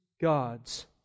God's